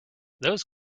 those